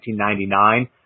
1999